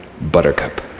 Buttercup